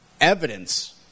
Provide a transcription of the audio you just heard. evidence